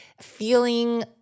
feeling